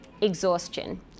Exhaustion